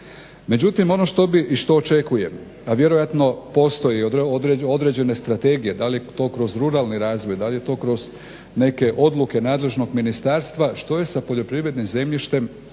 Međutim, ono što bi i što očekujem a vjerojatno postoje određene strategije, da li je to kroz ruralni razvoj, da li je to kroz neke odluke nadležnog ministarstva što je sa poljoprivrednim zemljištem